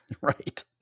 Right